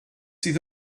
sydd